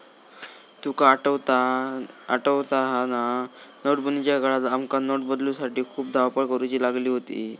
तुका आठवता हा ना, नोटबंदीच्या काळात आमका नोट बदलूसाठी खूप धावपळ करुची लागली होती